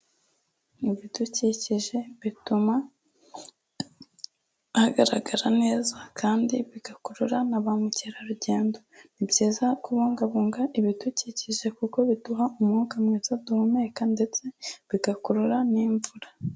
Ibidukikije bituma hagaragara neza kandi bigakurura na ba mukerarugendo. Ni byiza kubungabunga ibidukikije kuko biduha umwuka mwiza duhumeka ndetse bigakurura n'imvura.